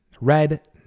Red